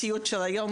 לאור המציאות של היום,